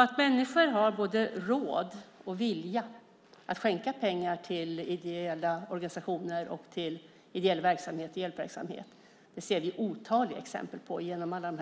Att människor har både råd och vilja att skänka pengar till ideella organisationer och ideell hjälpverksamhet ser vi otaliga exempel på genom alla